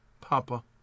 Papa